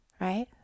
right